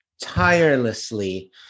tirelessly